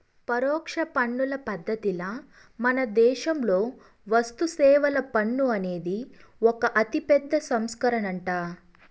పరోక్ష పన్నుల పద్ధతిల మనదేశంలో వస్తుసేవల పన్ను అనేది ఒక అతిపెద్ద సంస్కరనంట